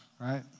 right